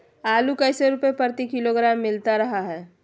आलू कैसे रुपए प्रति किलोग्राम मिलता रहा है?